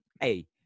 Hey